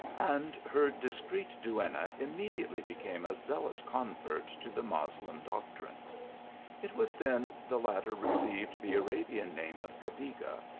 and her discreet duenna immediately became a zealous convert to the moslem doctrines it was then the latter received the arabian name of cadiga,